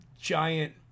giant